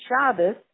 Shabbos